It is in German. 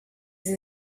sie